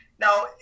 Now